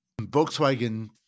Volkswagen